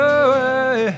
away